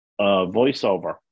voiceover